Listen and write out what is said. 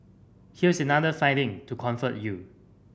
here's another finding to comfort you